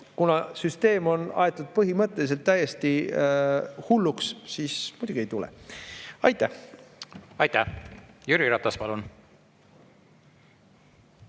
kuna süsteem on aetud põhimõtteliselt täiesti hulluks, siis muidugi ei tule. Aitäh! Aitäh! Jüri Ratas, palun!